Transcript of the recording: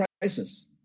crisis